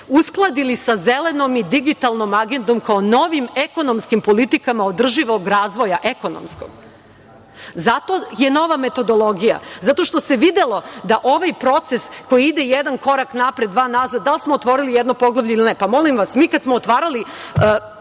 uskladili sa zelenom i digitalnom agendom kao novim ekonomskim politikama održivog razvoja ekonomskog. Zato je nova metodologija. Zato što se videlo da ovaj proces ide jedan korak napred, dva nazad, da li smo otvorili jedno poglavlje ili ne. Molim vas, mi kada smo otvarali